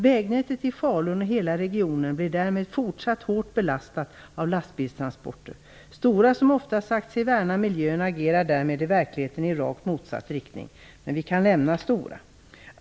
Vägnätet i Falun och hela regionen blir därmed fortsatt hårt belastade av lastbilstransporter. Stora, som ofta sagt sig värna miljön, agerar därmed i verkligheten i rakt motsatt riktning. Vi kan därmed lämna Stora.